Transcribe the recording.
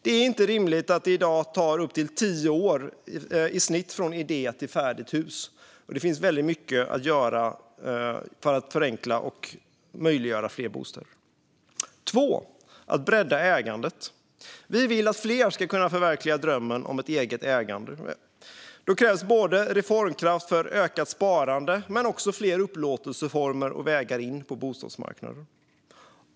Det är inte rimligt att det i dag tar upp till tio år i snitt från idé till färdigt hus. Det finns väldigt mycket att göra för att förenkla och möjliggöra fler bostäder. Det andra är att bredda ägandet. Vi vill att fler ska kunna förverkliga drömmen om ett eget ägande. Då krävs både reformkraft för ökat sparande och fler upplåtelseformer och vägar in på bostadsmarknaden.